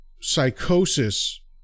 psychosis